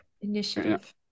initiative